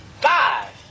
five